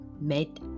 made